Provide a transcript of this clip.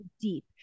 deep